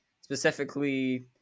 specifically